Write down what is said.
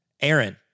Aaron